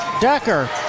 Decker